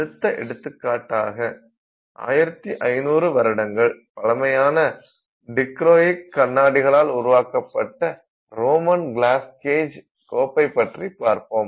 அடுத்த எடுத்துக்காட்டாக 1500 வருடங்கள் பழமையான டிக்ரோயிக் கண்ணாடியால் உருவாக்கப்பட்ட ரோமன் கிளாஸ் கேஜ் கோப்பை பற்றி பார்ப்போம்